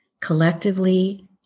collectively